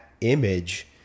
image